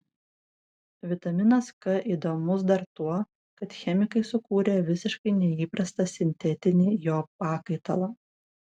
vitaminas k įdomus dar tuo kad chemikai sukūrė visiškai neįprastą sintetinį jo pakaitalą